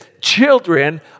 Children